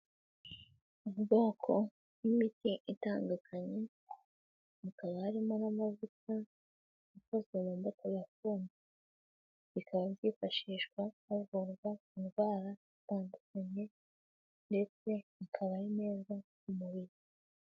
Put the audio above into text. Ubwoko bw'imiti itandukanye hakaba harimo n'amavuta yakozwe mu moko menshi, bikaba byifashishwa havurwa inndwara zitandukanye ndetse akaba ari meza ku mubiri.